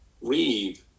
read